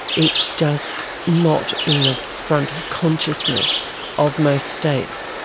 it's just not in the front of consciousness of most states.